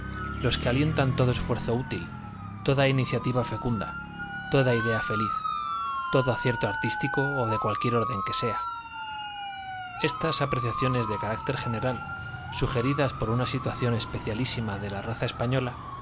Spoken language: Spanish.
los que alientan todo esfuerzo útil toda iniciativa fecunda toda idea feliz todo acierto artístico o de cualquier orden que sea estas apreciaciones de carácter general sugeridas por una situación especialísima de la raza española